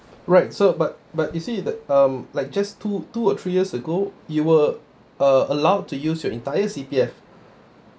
right so but but you see the um like just two two or three years ago you were uh allowed to use your entire C_P_F